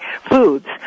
foods